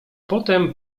potem